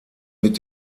mit